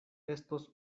estos